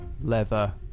leather